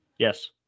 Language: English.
Yes